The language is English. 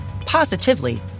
positively